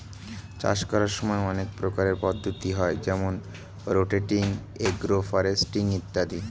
চাষ করার সময় অনেক প্রকারের পদ্ধতি হয় যেমন রোটেটিং, এগ্রো ফরেস্ট্রি ইত্যাদি